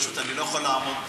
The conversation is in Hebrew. אני פשוט לא יכול לעמוד בזה,